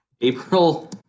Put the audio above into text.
April